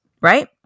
right